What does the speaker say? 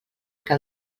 que